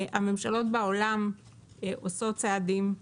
הממשלות בעולם עושות צעדים,